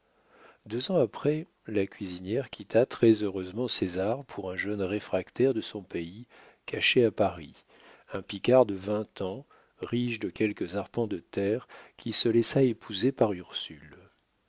deux ans après la cuisinière quitta très-heureusement césar pour un jeune réfractaire de son pays caché à paris un picard de vingt ans riche de quelques arpents de terre qui se laissa épouser par ursule